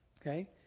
Okay